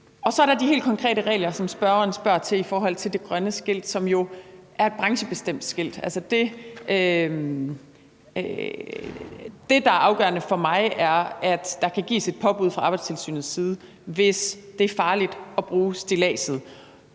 Så er der de helt konkrete regler, som spørgeren spørger til i forhold til det grønne skilt, som jo er et branchebestemt skilt. Det, der er afgørende for mig, er, at der kan gives et påbud fra Arbejdstilsynets side, hvis det er farligt at bruge stilladset,